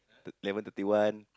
level thirty one